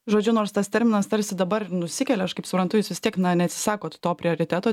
žodžiu nors tas terminas tarsi dabar ir nusikelia aš kaip suprantu jūs vis tiek na neatsisakot to prioriteto